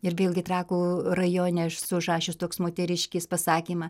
ir vėlgi trakų rajone aš esu užrašius toks moteriškės pasakymą